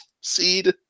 seed